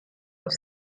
auf